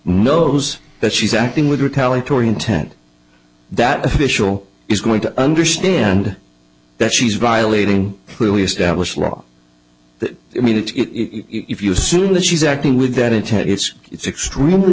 knows that she's acting with retaliatory intent that official is going to understand that she's violating clearly established law that i mean it's it if you assume that she's acting with that intent it's it's extremely